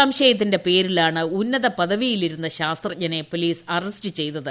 സംശയത്തിൻെറ പേരിലാണ് ഉന്നത പദവിയിലിരുന്ന ശാസ്ത്രജ്ഞനെ പൊലീസ് അറസ്റ്റു ചെയ്തത്